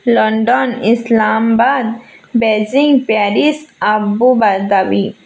London Islamabad Beijing Paris Abu Dhabi